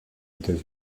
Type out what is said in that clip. états